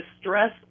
stress